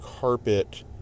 carpet